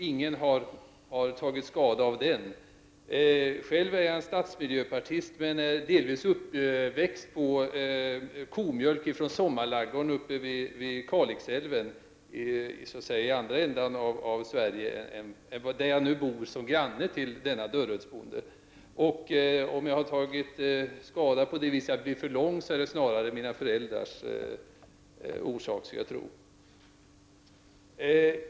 Ingen har tagit skada av den. Själv är jag en stadsmiljöpartist, men delvis uppväxt på komjölk från sommarladugården uppe vid Kalixälven, i andra änden av Sverige än den jag nu bor i, som granne till denne Dörrödsbonde. Om jag har tagit skada på det viset att jag har blivit för lång, skulle jag tro att det snarare beror på mina föräldrar.